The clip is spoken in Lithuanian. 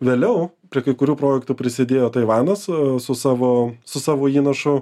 vėliau prie kai kurių projektų prisidėjo taivanas a su savo su savo įnašu